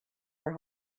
her